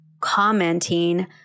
commenting